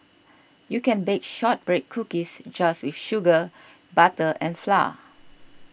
you can bake Shortbread Cookies just with sugar butter and flour